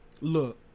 Look